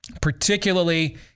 particularly